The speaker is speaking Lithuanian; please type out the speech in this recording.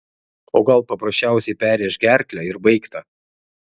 o gal paprasčiausiai perrėš gerklę ir baigta